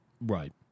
Right